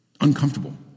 uncomfortable